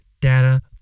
data